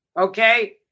okay